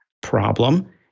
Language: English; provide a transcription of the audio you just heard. problem